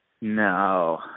No